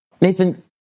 Nathan